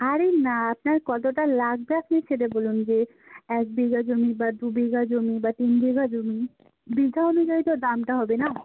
আরে না আপনার কতটা লাগবে আপনি সেটা বলুন যে এক বিঘা জমি বা দুবিঘা জমি বা তিন বিঘা জমি বিঘা অনুযায়ী তো দামটা হবে না